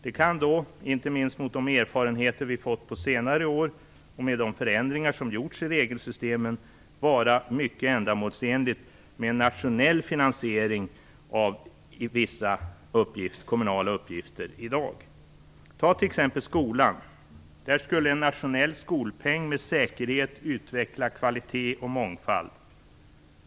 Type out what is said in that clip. Det kan - inte minst med tanke på de erfarenheter vi fått på senare år och med de förändringar som har gjorts i regelsystemen - vara mycket ändamålsenligt med en nationell finansiering av vissa i dag kommunala uppgifter. Tag t.ex. skolan - där skulle en nationell skolpeng med säkerhet utveckla kvalitet och mångfald.